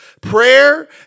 Prayer